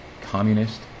communist